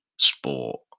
sport